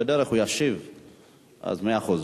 הנושא הבא הוא: חשיבות פיתוח החינוך הטכנולוגי במגזר הערבי,